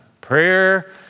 Prayer